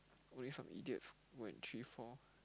only some idiots go and three four